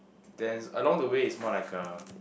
then is along the way it's more like a